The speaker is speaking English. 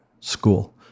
school